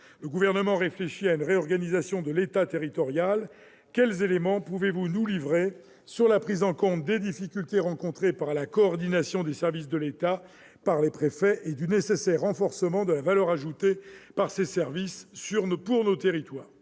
Le Gouvernement réfléchit à une réorganisation de l'État territorial : quels éléments pouvez-vous nous livrer sur la prise en compte des difficultés rencontrées par la coordination des services de l'État par les préfets et du nécessaire renforcement de la valeur ajoutée par ces services pour nos territoires ?